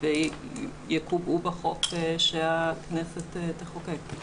ויקובעו בחוק שהכנסת תחוקק.